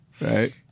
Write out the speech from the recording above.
Right